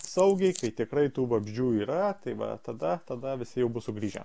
saugiai kai tikrai tų vabzdžių yra tai va tada tada visi jau bus sugrįžę